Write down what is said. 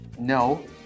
no